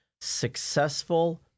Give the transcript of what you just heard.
successful